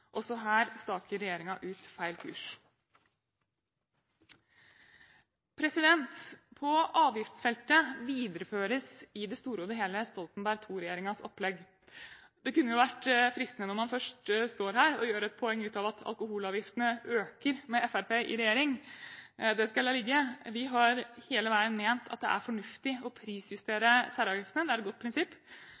Også her staker regjeringen ut feil kurs. På avgiftsfeltet videreføres i det store og det hele Stoltenberg II-regjeringens opplegg. Det kunne jo vært fristende når man først står her, å gjøre et poeng ut av at alkoholavgiftene øker med Fremskrittspartiet i regjering. Det skal jeg la ligge. Vi har hele veien ment at det er fornuftig å prisjustere særavgiftene. Det er et godt prinsipp.